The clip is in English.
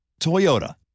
Toyota